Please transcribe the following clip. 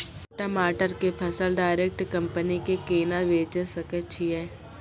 टमाटर के फसल डायरेक्ट कंपनी के केना बेचे सकय छियै?